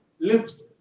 lives